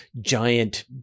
giant